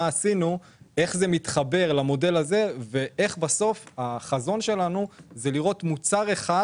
לגבי מה שעשינו ואיך בסוף החזון שלנו זה לראות שלכל